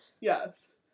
Yes